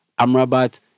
Amrabat